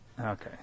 Okay